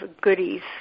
goodies